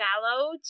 shallow